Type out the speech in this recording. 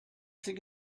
think